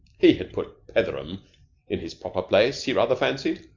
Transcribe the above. he had put petheram in his proper place, he rather fancied.